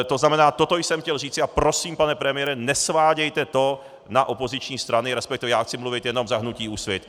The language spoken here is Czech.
To znamená, toto jsem chtěl říci a prosím, pane premiére, nesvádějte to na opoziční strany, resp. chci mluvit jenom za hnutí Úsvit.